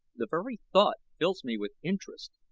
the very thought fills me with interest,